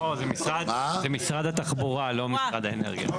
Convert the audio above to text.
לא, זה משרד התחבורה, לא משרד האנרגיה.